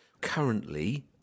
Currently